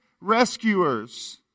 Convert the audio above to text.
rescuers